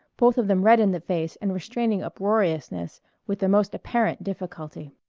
both of them red in the face and restraining uproariousness with the most apparent difficulty.